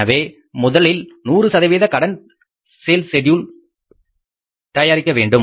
எனவே முதலில் 100 சதவீத கடன் சேல்ஸ் செட்யூல் தயாரிக்க வேண்டும்